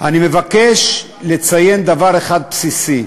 אני מבקש לציין דבר אחד בסיסי,